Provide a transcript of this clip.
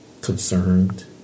concerned